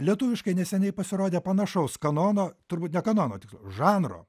lietuviškai neseniai pasirodė panašaus kanono turbūt ne kanono tiksliau žanro